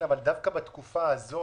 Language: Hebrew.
אבל דווקא בתקופה הזו,